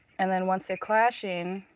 and then once they're crashing,